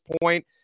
point